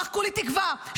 כולי תקווה,